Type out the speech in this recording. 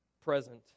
present